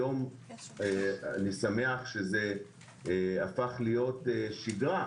היום אני שמח שזה הפך להיות שגרה,